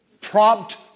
Prompt